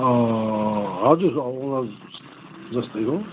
हजुर जस्तै हो